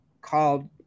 called